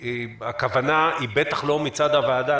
הכוונה היא בטח לא מצד הוועדה,